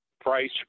price